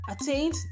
attained